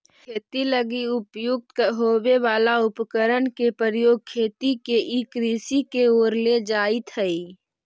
खेती लगी उपयुक्त होवे वाला उपकरण के प्रयोग खेती के ई कृषि के ओर ले जाइत हइ